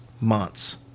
months